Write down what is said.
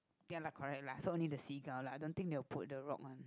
ya lah correct lah so only the seagull lah I don't think they will put the rock on